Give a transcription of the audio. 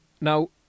Now